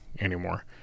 anymore